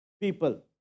people